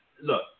look